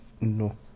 no